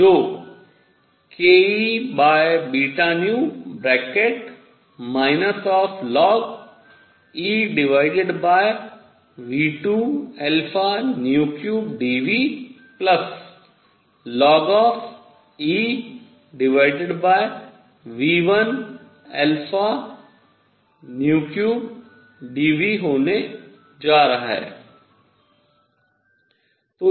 जो kEβνEV23dν ln⁡EV13dν होने जा रहा है